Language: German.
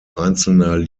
einzelner